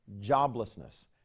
joblessness